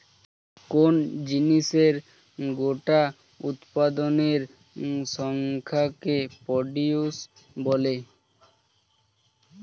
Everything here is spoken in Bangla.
কোন জিনিসের গোটা উৎপাদনের সংখ্যাকে প্রডিউস বলে